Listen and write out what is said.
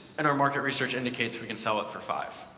and our market research indicates we can sell it for five